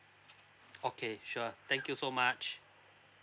okay sure thank you so much